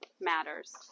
matters